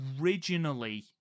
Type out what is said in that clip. originally